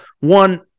One